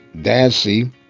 Dancy